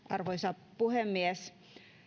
arvoisa puhemies